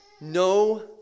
no